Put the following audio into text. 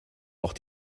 auch